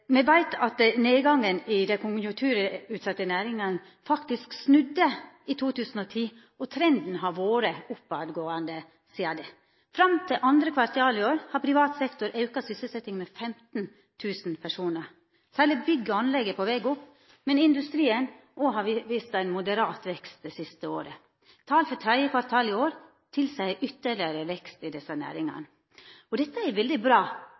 Me veit at nedgangen i dei konjunkturutsette næringane faktisk snudde i 2010, og trenden har vore oppovergåande sidan det. Fram til andre kvartal i år har privat sektor auka sysselsetjinga med 15 000 personar. Særleg bygg og anlegg er på veg opp, men industrien har òg vist ein moderat vekst det siste året. Tal for tredje kvartal i år tilseier ytterlegare vekst i desse næringane. Dette er veldig bra,